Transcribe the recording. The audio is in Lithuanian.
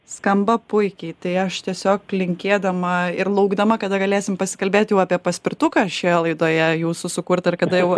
skamba puikiai tai aš tiesiog linkėdama ir laukdama kada galėsim pasikalbėt jau apie paspirtuką šioje laidoje jūsų sukurtą ir kada jau